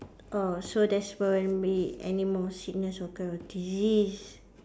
orh so there's won't be anymore sickness or kind of disease